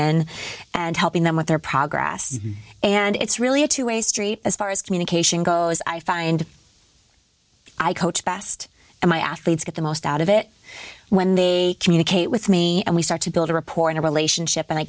in and helping them with their progress and it's really a two way street as far as communication goes i find i coach best and my athletes get the most out of it when they communicate with me and we start to build a report in a relationship and i